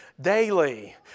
daily